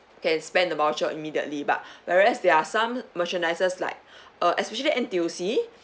can spend the voucher immediately but whereas there are some merchandises like uh especially N_T_U_C